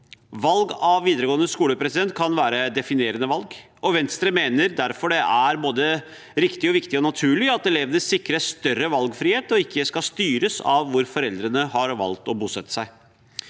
Valg av videregående skole kan være et definerende valg. Venstre mener derfor det er både riktig, viktig og naturlig at elevene sikres større valgfrihet og ikke skal styres av hvor foreldrene har valgt å bosette seg.